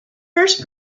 first